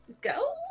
go